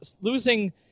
losing